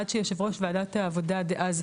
עד שיושב ראש וועדת העבודה דאז,